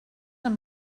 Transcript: amb